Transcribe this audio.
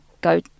go